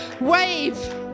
Wave